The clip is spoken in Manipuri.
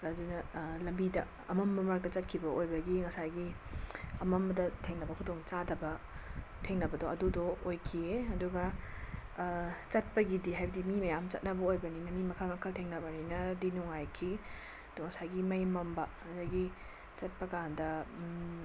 ꯑꯗꯨꯅ ꯂꯝꯕꯤꯗ ꯑꯃꯝꯕ ꯃꯔꯛꯇ ꯆꯠꯈꯤꯕ ꯑꯣꯏꯕꯒꯤ ꯉꯁꯥꯏꯒꯤ ꯑꯃꯝꯕꯗ ꯊꯦꯡꯅꯕ ꯈꯨꯗꯣꯡꯆꯥꯗꯕ ꯊꯦꯡꯅꯕꯗꯣ ꯑꯗꯨꯗꯣ ꯑꯣꯏꯈꯤꯌꯦ ꯑꯗꯨꯒ ꯆꯠꯄꯒꯤꯗꯤ ꯍꯥꯏꯕꯗꯤ ꯃꯤ ꯃꯌꯥꯝ ꯆꯠꯅꯕ ꯑꯣꯏꯕꯅꯤꯅ ꯃꯤ ꯃꯈꯜ ꯃꯈꯜ ꯊꯦꯡꯅꯕꯅꯤꯅꯗꯤ ꯅꯨꯡꯉꯥꯏꯈꯤ ꯑꯗꯣ ꯉꯁꯥꯏꯒꯤ ꯃꯩ ꯃꯝꯕ ꯑꯗꯒꯤ ꯆꯠꯄ ꯀꯥꯟꯗ